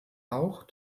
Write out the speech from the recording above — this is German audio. auch